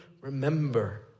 remember